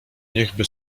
niechby